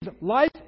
life